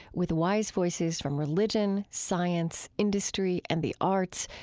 with wise voices from religion, science, industry, and the arts,